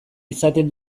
izaten